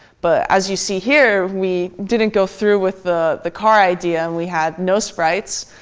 but as you see here, we didn't go through with the the car idea. and we had no sprites.